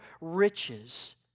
riches